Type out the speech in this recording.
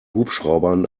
hubschraubern